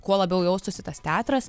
kuo labiau jaustųsi tas teatras